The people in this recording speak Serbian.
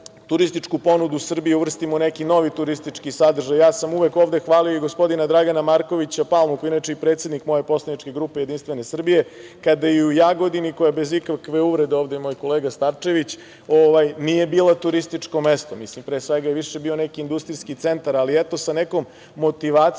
turističku ponudu Srbije uvrstimo neki novi turistički sadržaj. Uvek sam ovde hvalio i gospodina Dragana Markovića Palmu, koji je inače i predsednik moje poslaničke grupe JS, kada je u Jagodini, koja, bez ikakve uvrede, ovde je i moj kolega Starčević, nije bila turističko mesto, pre svega je više bila neki industrijski centar. Ali, eto, sa nekom motivacijom,